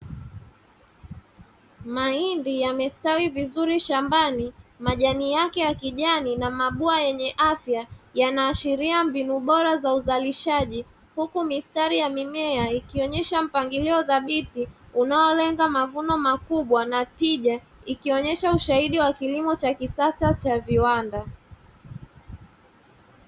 Mahindi yamestawi vizuri shambani majani yake ya kijani na mabwawa yenye afya yanaashiria mbinu bora za uzalishaji huku mistari ya mimea ikionyesha mpangilio dhabiti unaolenga mavuno makubwa na tija ikionyesha ushahidi wa kilimo cha kisasa cha viwanda.